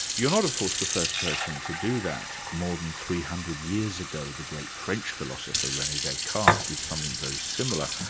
you're not of course the first person to do that. more than three hundred years ago the great french philosopher rene descartes did something very similar,